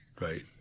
Right